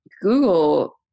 Google